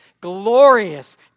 glorious